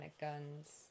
guns